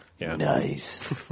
Nice